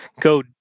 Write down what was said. go